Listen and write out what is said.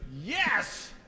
Yes